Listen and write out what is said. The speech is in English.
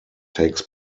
takes